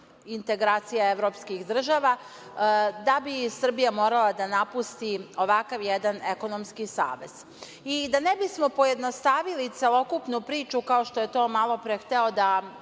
integracija evropskih država, da bi Srbija morala da napusti ovakav jedan ekonomski savez. Da ne bismo pojednostavili celokupnu priču, kao što je to malo pre hteo da